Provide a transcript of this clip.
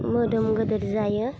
मोदोम गेदेर जायो